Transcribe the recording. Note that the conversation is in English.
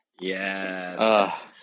Yes